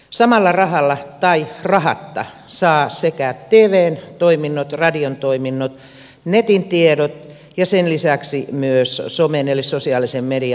samalla rahalla tai rahatta saa sekä tvn toiminnot radion toiminnot netin tiedot että sen lisäksi myös somen eli sosiaalisen median